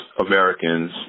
Americans